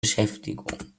beschäftigung